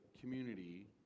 community